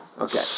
Okay